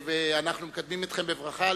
אנחנו מקדמים אתכם בברכה.